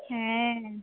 হ্যাঁ